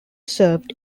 served